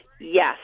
Yes